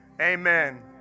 amen